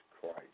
Christ